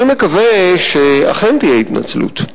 אני מקווה שאכן תהיה התנצלות.